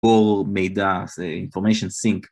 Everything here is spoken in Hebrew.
או מידע, זה אינפורמיישן סינק